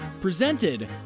presented